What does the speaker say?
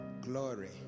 Glory